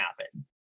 happen